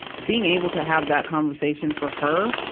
being able to have that conversation for her,